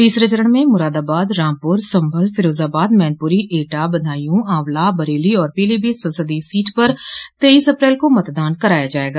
तीसरे चरण में मुरादाबाद रामपुर संभल फिरोजाबाद मैनपुरी एटा बदायूं आंवला बरेली और पीलीभीत संसदीय सीट पर तेईस अप्रैल को मतदान कराया जायेगा